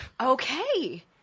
okay